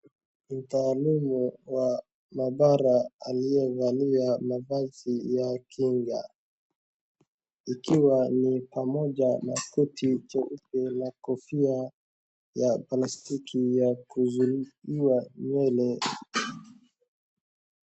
Mtaalamu wa madhara aliyevalia mavazi ya kinga. Ikiwa ni pamoja na cheti cha kupima na kofia plastiki ya kuuzuia nywele .